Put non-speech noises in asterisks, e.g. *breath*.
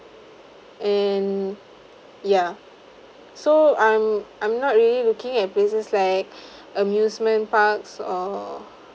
and ya so I'm I'm not really looking at places like *breath* amusement parks or